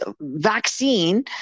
vaccine